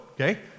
Okay